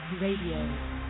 Radio